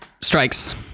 strikes